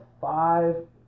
five